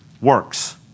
works